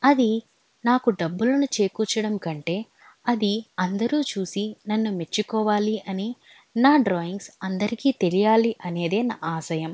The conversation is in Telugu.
అది నాకు డబ్బులను చేకూర్చడం కంటే అది అందరూ చూసి నన్ను మెచ్చుకోవాలి అని నా డ్రాయింగ్స్ అందరికీ తెలియాలి అనేదే నా ఆశయం